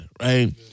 Right